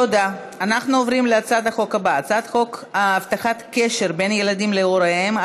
אנחנו עוברים להצעת החוק הבאה: הצעת חוק הבטחת קשר בין ילדים להוריהם,